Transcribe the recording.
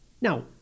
Now